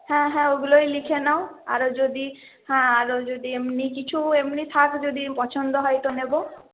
হ্যাঁ হ্যাঁ ওগুলোই লিখে নাও আরও যদি হ্যাঁ আরও যদি এমনি কিছু এমনি থাক যদি পছন্দ হয় তো নেবো